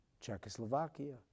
Czechoslovakia